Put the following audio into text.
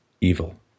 evil